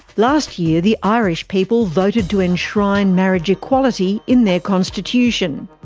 last year, the irish people voted to enshrine marriage equality in their constitution.